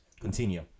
Continue